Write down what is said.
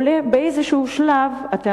שפורסם על-ידי שר החוץ אביגדור ליברמן,